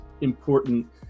important